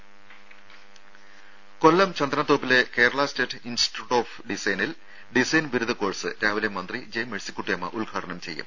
ദേദ കൊല്ലം ചന്ദനത്തോപ്പിലെ Kerala state institute of ഡിസൈനിൽ ഡിസൈൻ ബിരുദ കോഴ്സ് രാവിലെ മന്ത്രി ജെ മേഴ്സിക്കുട്ടിയമ്മ ഉദ്ഘാടനം ചെയ്യും